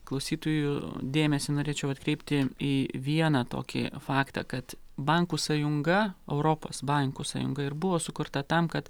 klausytojų dėmesį norėčiau atkreipti į vieną tokį faktą kad bankų sąjunga europos bankų sąjunga ir buvo sukurta tam kad